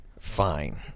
Fine